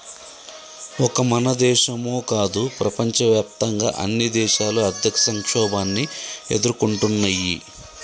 ఒక మన దేశమో కాదు ప్రపంచవ్యాప్తంగా అన్ని దేశాలు ఆర్థిక సంక్షోభాన్ని ఎదుర్కొంటున్నయ్యి